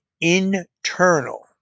internal